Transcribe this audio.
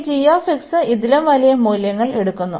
ഈ g ഇതിലും വലിയ മൂല്യങ്ങൾ എടുക്കുന്നു